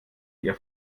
ihr